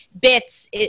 bits